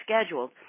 scheduled